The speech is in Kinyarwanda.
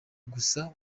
gusa